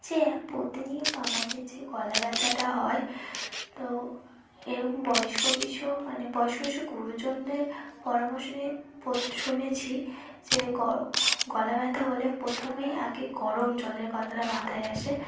চে প্রতিনিয়ত আমাদের যে গলা ব্যথাটা হয় তো এরকম বয়স্ক কিছু মানে বয়স্ক কিসু গুরুজনদের পরামর্শ নিয়ে পো শুনেছি যে গ গলা ব্যথা হলে প্রথমেই আগে গরম জলের কথাটা মাথায় আসে